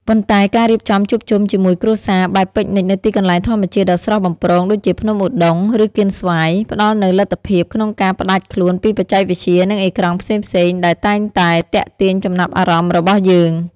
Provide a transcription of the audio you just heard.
ប៉ុន្តែការរៀបចំជួបជុំជាមួយគ្រួសារបែបពិកនិចនៅទីកន្លែងធម្មជាតិដ៏ស្រស់បំព្រងដូចជាភ្នំឧដុង្គ ឬកៀនស្វាយ ផ្តល់នូវលទ្ធភាពក្នុងការផ្តាច់ខ្លួនពីបច្ចេកវិទ្យានិងអេក្រង់ផ្សេងៗដែលតែងតែទាក់ទាញចំណាប់អារម្មណ៍របស់យើង។